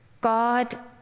God